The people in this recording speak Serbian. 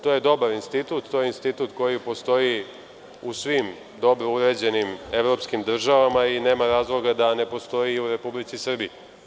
To je dobar institut, to je institut koji postoji u svim dobro uređenim evropskim državama i nema razloga da ne postoji i u Republici Srbiji.